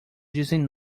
dizem